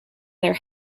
their